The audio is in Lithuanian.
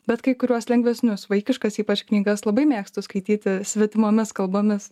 bet kai kuriuos lengvesnius vaikiškas ypač knygas labai mėgstu skaityti svetimomis kalbomis